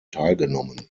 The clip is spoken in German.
teilgenommen